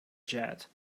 jet